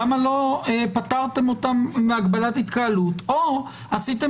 למה לא פטרתם אותם מהגבלת התקהלות או עשיתם